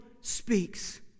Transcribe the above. speaks